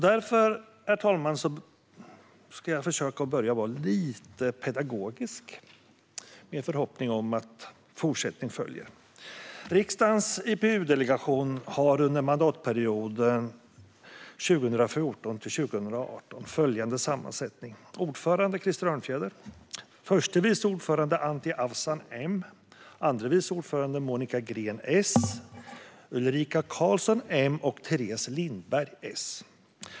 Därför ska jag börja med att försöka vara lite pedagogisk, herr talman, med en förhoppning om att fortsättning följer. Riksdagens IPU-delegation har under mandatperioden 2014-2018 följande sammansättning: ordförande Krister Örnfjäder förste vice ordförande Anti Avsan andre vice ordförande Monica Green Ulrika Karlsson i Uppsala Teres Lindberg .